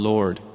Lord